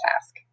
task